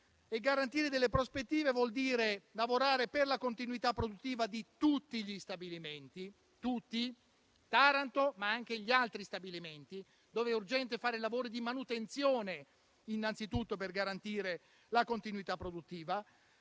garantire delle prospettive vuol dire lavorare per la continuità produttiva di tutti gli stabilimenti, Taranto, ma anche gli altri stabilimenti, dove è urgente fare lavori di manutenzione, innanzitutto per garantire la continuità produttiva.